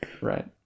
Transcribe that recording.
right